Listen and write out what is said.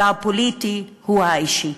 והפוליטי הוא האישי?